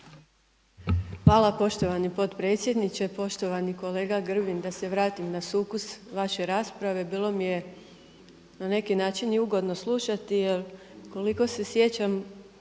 Hvala poštovani potpredsjedniče. Poštovani kolega Grbin, da se vratim na sukus vaše rasprave. Bilo mi je na neki način i ugodno slušati jer koliko se sjećam